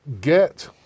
get